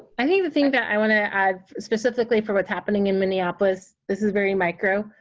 i think the thing that i want to add specifically for what's happening in minneapolis, this is very micro,